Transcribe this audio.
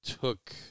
took